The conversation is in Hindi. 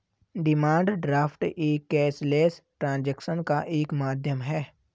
डिमांड ड्राफ्ट एक कैशलेस ट्रांजेक्शन का एक माध्यम है